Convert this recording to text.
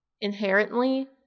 inherently